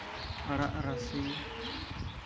ᱟᱲᱟᱜ ᱨᱟᱥᱮ